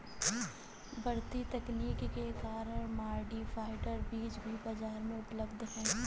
बढ़ती तकनीक के कारण मॉडिफाइड बीज भी बाजार में उपलब्ध है